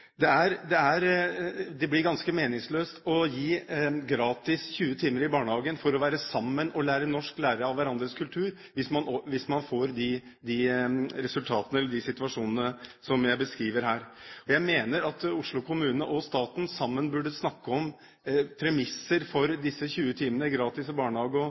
Det blir ganske meningsløst å gi gratis 20 timer i barnehagen for å være sammen og lære norsk, lære av hverandres kultur, hvis man får de situasjonene som jeg beskriver her. Jeg mener at Oslo kommune og staten sammen burde snakke om premisser for disse 20 timene gratis i barnehage,